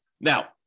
Now